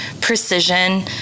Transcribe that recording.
precision